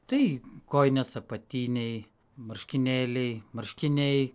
tai kojines apatiniai marškinėliai marškiniai